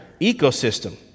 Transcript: ecosystem